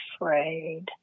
afraid